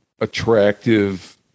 attractive